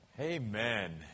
Amen